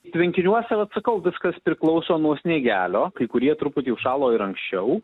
tvenkiniuose vat sakau viskas priklauso nuo sniegelio kai kurie truputį užšalo ir anksčiau